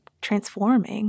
transforming